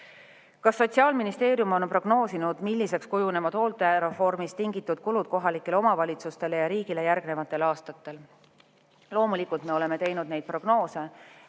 sotsiaalministeerium on prognoosinud, milliseks kujunevad hooldereformist tingitud kulud kohalikele omavalitsustele ja riigile järgnevatel aastatel?" Loomulikult me oleme neid prognoose